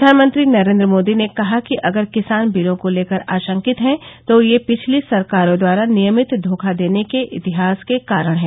प्रधानमंत्री नरेंद्र मोदी ने कहा कि अगर किसान बिलों को लेकर आशंकित हैं तो यह पिछली सरकारों द्वारा नियमित धोखा देने के इतिहास के कारण है